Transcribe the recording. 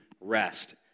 rest